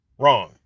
Wrong